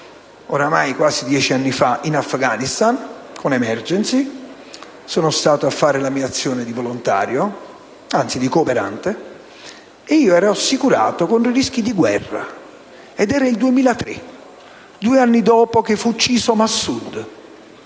oramai quasi dieci anni fa, in Afghanistan con Emergency; sono stato a fare la mia azione di volontario, anzi di cooperante, ed ero assicurato contro i rischi di guerra: era il 2003, due anni dopo l'uccisione di Massoud.